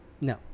no